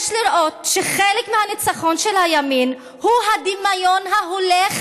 יש לראות שחלק מהניצחון של הימין הוא הדמיון ההולך